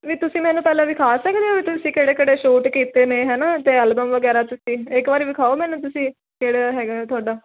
ਵੀ ਤੁਸੀਂ ਮੈਨੂੰ ਪਹਿਲਾਂ ਵਿਖਾ ਸਕਦੇ ਹੋ ਤੁਸੀਂ ਕਿਹੜੇ ਕਿਹੜੇ ਸ਼ੂਟ ਕੀਤੇ ਨੇ ਹੈ ਨਾ ਅਤੇ ਐਲਬਮ ਵਗੈਰਾ ਤੁਸੀਂ ਇੱਕ ਵਾਰੀ ਵਿਖਾਓ ਮੈਨੂੰ ਤੁਸੀਂ ਕਿਹੜਾ ਹੈਗਾ ਤੁਹਾਡਾ